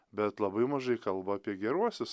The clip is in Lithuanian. bet labai mažai kalba apie geruosius